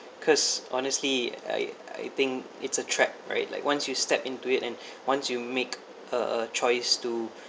cause honestly I I think it's a trap right like once you step into it and once you make a a choice to